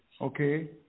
Okay